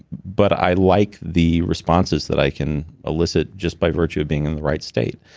but i like the responses that i can elicit just by virtue of being in the right state.